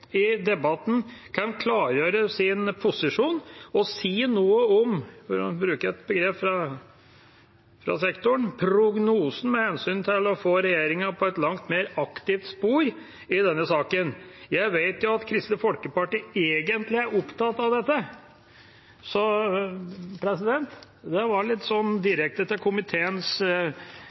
i debatten kan klargjøre sin posisjon og si noe om – for å bruke et begrep fra sektoren – «prognosen», med hensyn til å få regjeringa inn på et langt mer aktivt spor i denne saken. Jeg vet at Kristelig Folkeparti egentlig er opptatt av dette. Dette var rettet litt direkte til komiteens